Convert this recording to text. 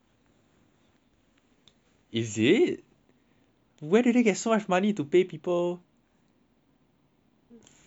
is it where did they get so much money to pay people just for a competition